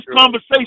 conversation